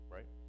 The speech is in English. Right